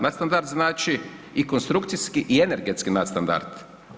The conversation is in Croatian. Nadstandard znači i konstrukcijski i energetski nadstandard.